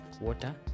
water